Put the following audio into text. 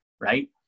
right